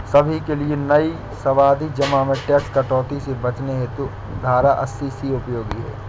सभी के लिए नई सावधि जमा में टैक्स कटौती से बचने हेतु धारा अस्सी सी उपयोगी है